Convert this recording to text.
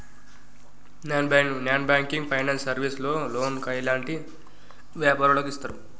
Non banking finance service లో loan ఎలాంటి వ్యాపారులకు ఇస్తరు?